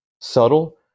subtle